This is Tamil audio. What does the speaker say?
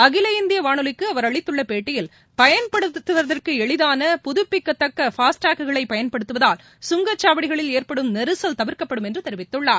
அகில இந்திய வானொலிக்கு அவர் அளித்துள்ள பேட்டியில் பயன்படுத்துவதற்கு எளிதான புதுப்பிக்கத்தக்க பாஸ்டேக் குகளைப் பயன்படுத்துவதால் கங்கச்சாவடிகளில் ஏற்படும் நெரிசல் தவிர்க்கப்படும் என்று தெரிவித்துள்ளார்